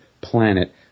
planet